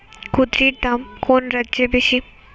কুঁদরীর দাম কোন রাজ্যে বেশি?